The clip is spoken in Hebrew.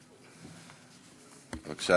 בבקשה,